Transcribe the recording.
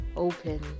Open